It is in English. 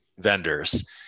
vendors